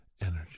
energy